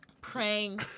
praying